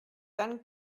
dann